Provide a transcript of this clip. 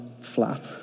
flat